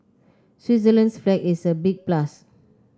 Switzerland's flag is a big plus